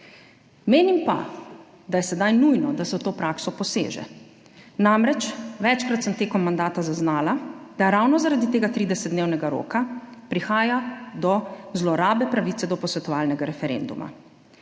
Menim pa, da je sedaj nujno, da se v to prakso poseže. Namreč, večkrat sem med mandatom zaznala, da ravno zaradi tega 30-dnevnega roka prihaja do zlorabe pravice do posvetovalnega referenduma.